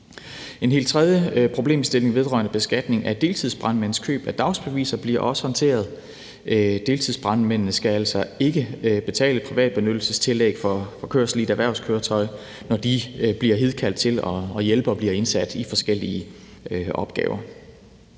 En helt tredje problemstilling vedrørende beskatning af deltidsbrandmænds køb af dagsbeviser bliver også håndteret. Deltidsbrandmændene skal altså ikke betale privatbenyttelsestillæg for kørsel i et erhvervskøretøj, når de bliver hidkaldt til at hjælpe og bliver indsat i forskellige opgaver.